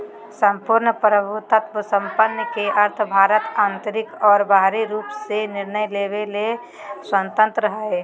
सम्पूर्ण प्रभुत्वसम्पन् के अर्थ भारत आन्तरिक और बाहरी रूप से निर्णय लेवे ले स्वतन्त्रत हइ